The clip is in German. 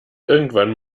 irgendwann